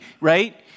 right